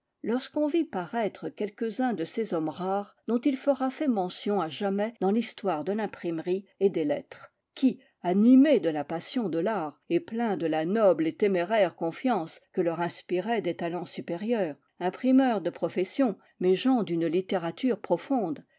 lorsqu'on vit paraître quelques-uns de ces hommes rares dont il sera fait mention à jamais dans l'histoire de l'imprimerie et des lettres qui animés de la passion de l'art et pleins de la noble et téméraire confiance que leur inspiraient des talents supérieurs imprimeurs de profession mais gens d'une littérature profonde